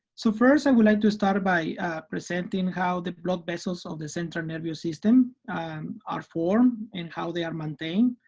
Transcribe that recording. so first i would like to start by presenting how the blood vessels of the central nervous system are formed and how they are maintained.